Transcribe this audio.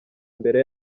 imbere